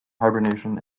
hibernation